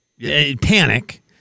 panic